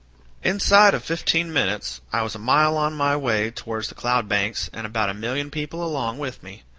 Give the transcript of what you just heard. inside of fifteen minutes i was a mile on my way towards the cloud banks and about a million people along with me.